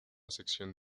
sección